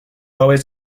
always